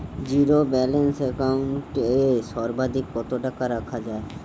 Zero balance account এ সর্বাধিক কত টাকা রাখা য়ায়?